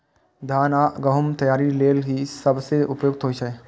धान आ गहूम तैयारी लेल ई सबसं उपयुक्त होइ छै